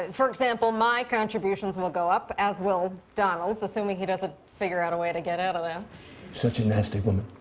for example, my contributions will go up as will donald's, assuming he doesn't figure out a way to get out of that such a nasty woman.